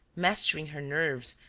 mastering her nerves,